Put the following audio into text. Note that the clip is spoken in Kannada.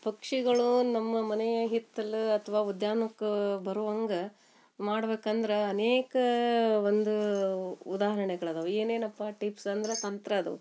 ಪಕ್ಷಿಗಳು ನಮ್ಮ ಮನೆಯ ಹಿತ್ತಲಲ್ಲಿ ಅಥ್ವಾ ಉದ್ಯಾನಕ್ಕ ಬರುವಂಗ ಮಾಡ್ಬೇಕಂದ್ರೆ ಅನೇಕ ಒಂದು ಉದಾಹರ್ಣೆಗಳದಾವ ಏನೇನಪ್ಪಾ ಟಿಪ್ಸ್ ಅಂದ್ರೆ ತಂತ್ರದು